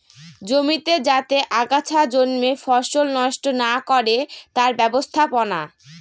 জমিতে যাতে আগাছা জন্মে ফসল নষ্ট না করে তার ব্যবস্থাপনা